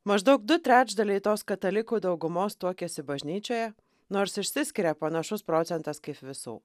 maždaug du trečdaliai tos katalikų daugumos tuokiasi bažnyčioje nors išsiskiria panašus procentas kaip visų